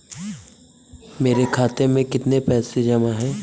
मेरे खाता में कितनी पैसे जमा हैं?